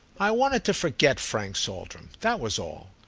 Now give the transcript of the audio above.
i wanted to forget frank saltram that was all.